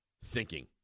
sinking